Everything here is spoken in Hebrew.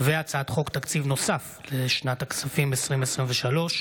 הצעת חוק תקציב נוסף לשנת הכספים 2023,